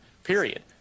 Period